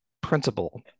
principle